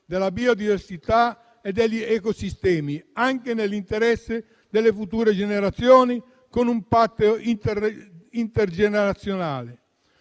della biodiversità e degli ecosistemi anche nell'interesse delle future generazioni, con un patto intergenerazionale.